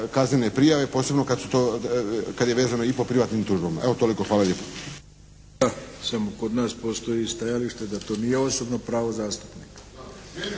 kaznene prijave posebno kad su to, kad je vezano i po privatnim tužbama. Evo toliko. Hvala lijepo. **Arlović, Mato (SDP)** Da, samo kod nas postoji stajalište da to nije osobno pravo zastupnika,